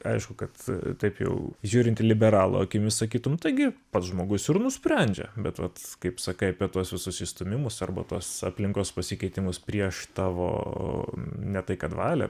aišku kad taip jau žiūrint į liberalo akimis sakytum taigi pats žmogus ir nusprendžia bet vat kaip sakai apie tuos visus išstūmimus arba tuos aplinkos pasikeitimus prieš tavo ne tai kad valią